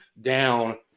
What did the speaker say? down